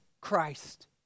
Christ